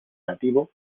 nativo